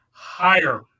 Higher